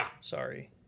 Sorry